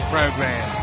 Program